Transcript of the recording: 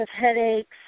headaches